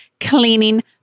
Cleaning